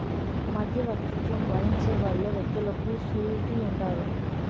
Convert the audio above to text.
మధ్యవర్తిత్వం వహించే వాళ్ళు వ్యక్తులకు సూరిటీ ఉంటారు